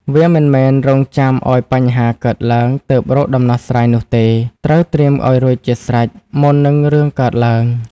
វាមិនមែនរង់ចាំឱ្យបញ្ហាកើតឡើងទើបរកដំណោះស្រាយនោះទេ ត្រូវត្រៀមឲ្យរួចជាស្រេចមុននិងរឿងកើតឡើង។